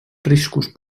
riscos